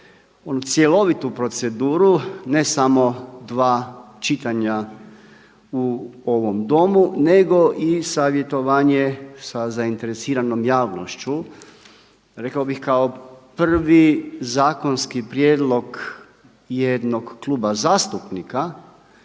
cjelovitu proceduru, ne samo dva čitanja u ovom Domu nego i savjetovanje sa zainteresiranom javnošću, rekao bih kao prvi zakonski prijedlog jednog kluba zastupnika